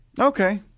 Okay